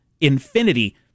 infinity